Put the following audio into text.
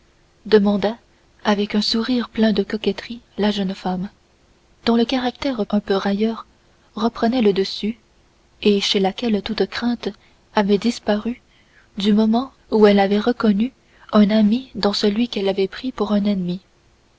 demanda avec un sourire plein de coquetterie la jeune femme dont le caractère un peu railleur reprenait le dessus et chez laquelle toute crainte avait disparu du moment où elle avait reconnu un ami dans celui qu'elle avait pris pour un ennemi